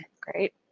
great